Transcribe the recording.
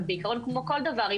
אבל בעיקרון כל דבר,